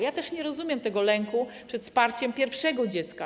Ja też nie rozumiem tego lęku przed wsparciem pierwszego dziecka.